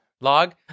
Log